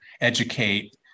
educate